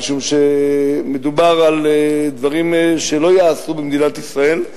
משום שמדובר על דברים שלא ייעשו במדינת ישראל.